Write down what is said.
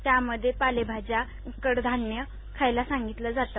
त्यामध्ये पालेभाज्या कडधान्य खायला सांगितलं जातं